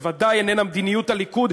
זו בוודאי איננה מדיניות הליכוד,